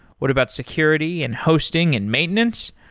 what about security and hosting and maintenance?